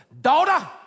daughter